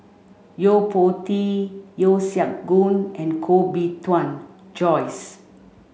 Yo Po Tee Yeo Siak Goon and Koh Bee Tuan Joyce